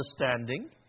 understanding